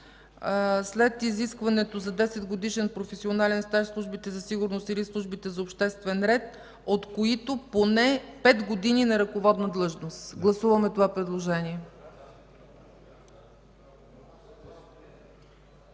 след „изискването за 10-годишен професионален стаж в службите за сигурност или службите за обществен ред” – „от които поне 5 години на ръководна длъжност”. Гласуваме това предложение.